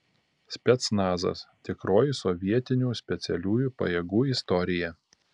specnazas tikroji sovietinių specialiųjų pajėgų istorija